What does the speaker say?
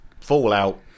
Fallout